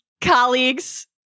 colleagues